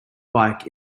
bike